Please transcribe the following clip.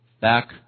back